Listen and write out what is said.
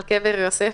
על קבר יוסף.